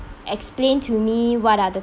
explain to me what are the